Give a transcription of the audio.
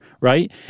right